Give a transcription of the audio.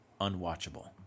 unwatchable